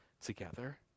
together